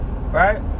Right